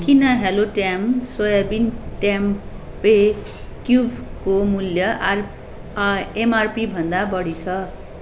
किन हेलो ट्याम soybean tempeh क्युबको मूल्य एमआरपी भन्दा बढी छ